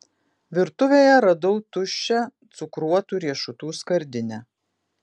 virtuvėje radau tuščią cukruotų riešutų skardinę